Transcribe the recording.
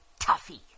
Tuffy